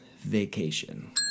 Vacation